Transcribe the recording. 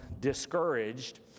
discouraged